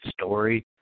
story